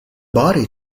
body